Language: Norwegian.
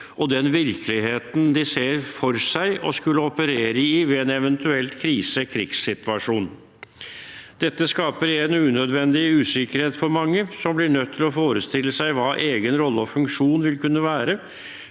og den virkeligheten de ser for seg å skulle operere i ved en eventuell krise/krigssituasjon. Dette skaper igjen unødvendig usikkerhet for mange, som blir nødt til å forestille seg hva egen rolle og funksjon vil kunne være,